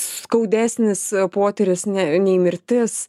skaudesnis potyris ne nei mirtis